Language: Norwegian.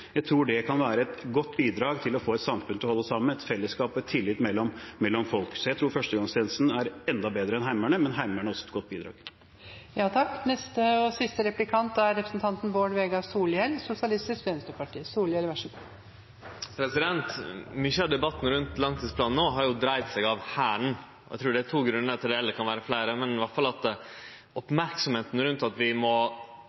Jeg tror at dette at en møtes og er sammen om felles utfordringer, får kjeft av det samme befalet, må pusse skoene sine, knytte lissene sine og re opp senga si, kan være et godt bidrag til å få et samfunn til å holde sammen – i et fellesskap og i tillit mellom folk. Så jeg tror førstegangstjenesten er enda bedre enn Heimevernet, men Heimevernet er også et godt bidrag. Mykje av debatten rundt langtidsplanen no har dreidd seg om Hæren. Eg trur det er to grunnar til det – eller det kan vere fleire. Men